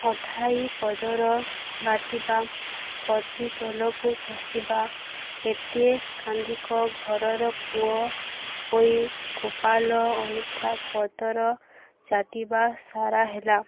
ଅଠାଇ ପଦର ବାଟିବା ଅତି ତଲକୁ ଖସିବା ଏତେ ଗାନ୍ଧିକ ଘରର ପୁଅ ହୋଇ ଗୋପାଲ ଅଇଁଠା ପତର ଚାଟିବା ସାରା ହେଲା